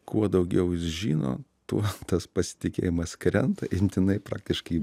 kuo daugiau jis žino tuo tas pasitikėjimas krenta imtinai praktiškai